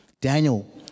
Daniel